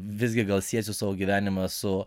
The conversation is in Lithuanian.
visgi gal siesiu savo gyvenimą su